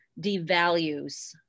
devalues